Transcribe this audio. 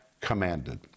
commanded